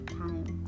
time